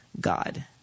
God